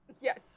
yes